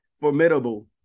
formidable